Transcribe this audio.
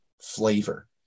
flavor